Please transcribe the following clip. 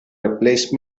replace